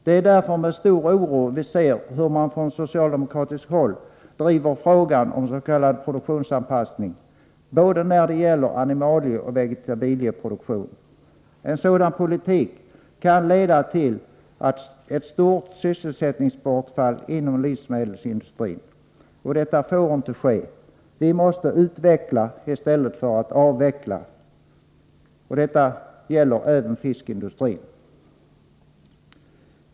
Det är därför med stor oro vi ser hur man från socialdemokratiskt håll driver frågan om s.k. produktionsanpassning både när det gäller animalieoch vegetabilieproduktion. En sådan politik kan leda till ett stort sysselsättningsbortfall inom livsmedelsindustrin. Detta får inte ske. Vi måste utveckla i stället för att avveckla. Detta gäller även fiskindustrin.